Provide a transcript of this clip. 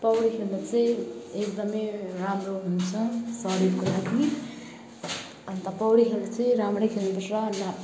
पौडी खेल्नु चाहिँ एकदमै राम्रो हुन्छ शरीरको लागि अन्त पौडी खेल्नु चाहिँ राम्रै खेल्नुपर्छ र